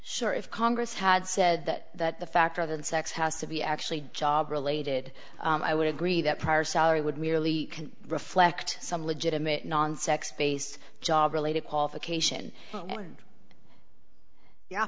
sure if congress had said that that the factor that sex has to be actually job related i would agree that higher salary would merely can reflect some legitimate non sex based job related qualification